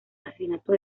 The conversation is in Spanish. asesinatos